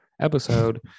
episode